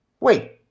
Wait